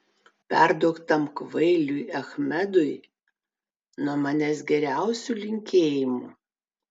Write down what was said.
perduok tam kvailiui achmedui nuo manęs geriausių linkėjimų